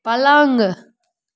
पलङ्ग